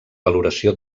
valoració